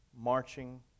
marching